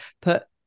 put